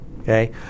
okay